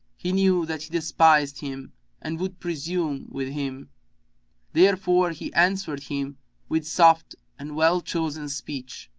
he knew that he despised him and would presume with him therefore he answered him with soft and well chosen speech,